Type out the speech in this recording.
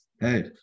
hey